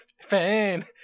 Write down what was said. Fan